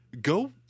Go –